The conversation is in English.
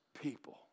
people